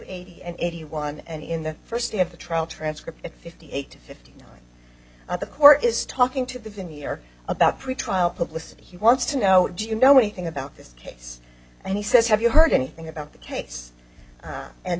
eighty and eighty one and in the first day of the trial transcript fifty eight fifty nine at the core is talking to the vineyard about pretrial publicity he wants to know do you know anything about this case and he says have you heard anything about the case